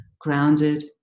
grounded